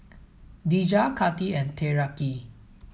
Dejah Katy and Tyreke